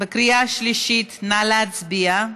נא להצביע.